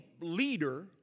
leader